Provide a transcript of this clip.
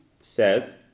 says